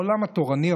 העולם התורני,